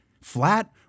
flat